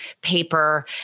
paper